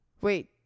Wait